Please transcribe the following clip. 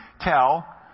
tell